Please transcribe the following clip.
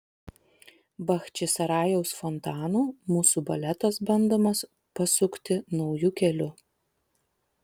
bachčisarajaus fontanu mūsų baletas bandomas pasukti nauju keliu